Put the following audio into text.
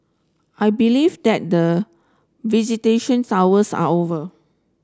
I believe that the visitation hours are over